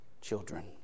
children